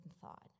thought